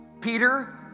Peter